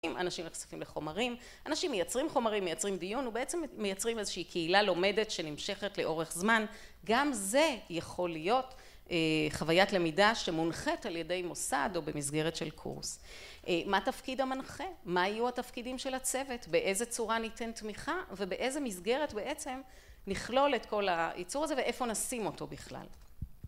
אנשים נחשפים לחומרים, אנשים מייצרים חומרים, מייצרים דיון ובעצם מייצרים איזושהי קהילה לומדת שנמשכת לאורך זמן גם זה יכול להיות חוויית למידה שמונחת על ידי מוסד או במסגרת של קורס. מה תפקיד המנחה, מה היו התפקידים של הצוות, באיזה צורה ניתן תמיכה ובאיזה מסגרת בעצם נכלול את כל היצור הזה ואיפה נשים אותו בכלל